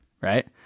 right